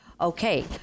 Okay